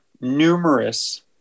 numerous